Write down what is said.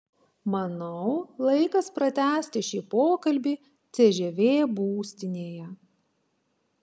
manau laikas pratęsti šį pokalbį cžv būstinėje